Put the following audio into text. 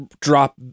drop